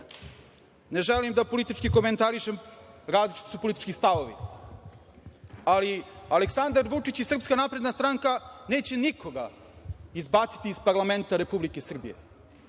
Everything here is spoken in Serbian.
Ne želim da politički komentarišem, različiti su politički stavovi. Aleksandar Vučić i SNS neće nikoga izbaciti iz parlamenta Republike Srbije,